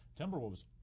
Timberwolves